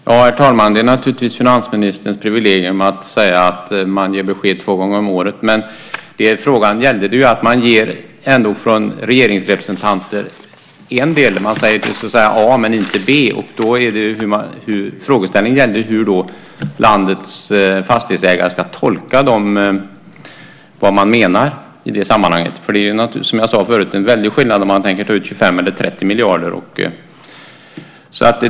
Herr talman! Det är naturligtvis finansministerns privilegium att säga att man ger besked två gånger om året. Men frågan gällde att man från regeringsrepresentanter ändå ger en del; man säger A men inte B. Frågeställningen gällde hur landets fastighetsägare ska tolka vad som menas i sammanhanget. Som jag sade förut är det en väldig skillnad mellan om man tänker ta ut 25 miljarder eller om man tänker ta ut 30 miljarder.